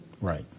Right